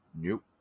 Nope